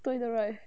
对的 right